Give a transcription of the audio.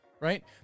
right